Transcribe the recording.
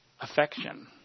affection